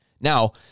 Now